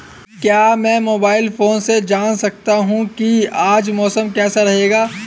क्या मैं mobile phone से जान सकता हूँ कि आज मौसम कैसा रहेगा?